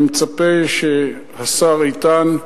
אני מצפה שהשר איתן,